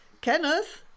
Kenneth